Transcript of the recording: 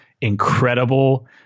incredible